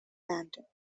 bandar